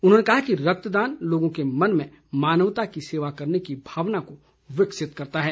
उन्होंने कहा कि रक्तदान लोगों के मन में मानवता की सेवा करने की भावना को विकसित करता है